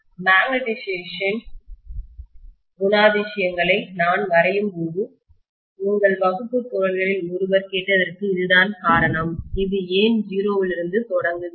magnetisation காந்தமயமாக்கல் குணாதிசயங்களை நான் வரையும்போது உங்கள் வகுப்பு தோழர்களில் ஒருவர் கேட்டதற்கு இதுதான் காரணம் அது ஏன் 0 இலிருந்து தொடங்குகிறது